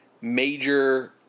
major